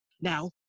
Now